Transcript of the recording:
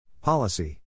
Policy